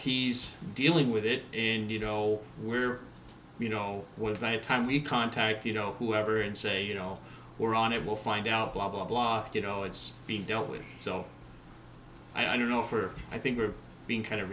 he's dealing with it and you know where you know one time we contact you know whoever and say you know we're on it we'll find out blah blah blah you know it's being dealt with so i don't know for i think we're being kind of